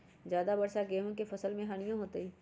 ज्यादा वर्षा गेंहू के फसल मे हानियों होतेई?